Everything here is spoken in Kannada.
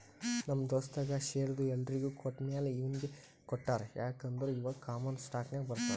ನಮ್ ದೋಸ್ತಗ್ ಶೇರ್ದು ಎಲ್ಲೊರಿಗ್ ಕೊಟ್ಟಮ್ಯಾಲ ಇವ್ನಿಗ್ ಕೊಟ್ಟಾರ್ ಯಾಕ್ ಅಂದುರ್ ಇವಾ ಕಾಮನ್ ಸ್ಟಾಕ್ನಾಗ್ ಬರ್ತಾನ್